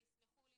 ויסלחו לי,